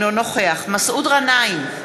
אינו נוכח מסעוד גנאים,